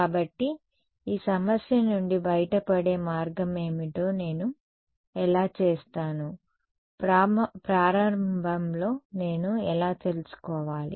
కాబట్టి ఈ సమస్య నుండి బయటపడే మార్గం ఏమిటో నేను ఎలా చేస్తాను ప్రారంభంలో నేను ఎలా తెలుసుకోవాలి